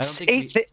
Eight